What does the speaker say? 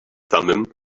thummim